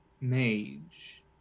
mage